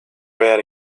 reared